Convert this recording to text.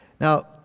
Now